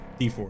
d4